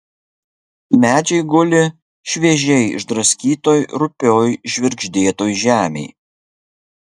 medžiai guli šviežiai išdraskytoj rupioj žvirgždėtoj žemėj